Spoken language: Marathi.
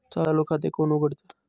चालू खाते कोण उघडतं?